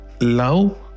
love